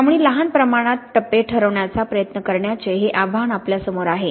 त्यामुळे लहान प्रमाणात टप्पे ठरवण्याचा प्रयत्न करण्याचे हे आव्हान आपल्यासमोर आहे